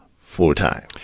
full-time